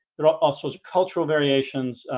there are all sorts of cultural variations